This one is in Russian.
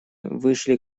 вышли